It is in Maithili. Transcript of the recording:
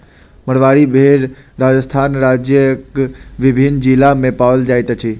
मारवाड़ी भेड़ राजस्थान राज्यक विभिन्न जिला मे पाओल जाइत अछि